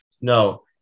No